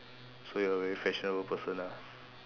so you're very fashionable person ah